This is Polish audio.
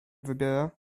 wybiera